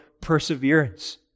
perseverance